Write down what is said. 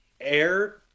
air